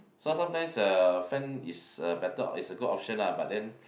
so sometimes the fan is a better it's a good option lah but then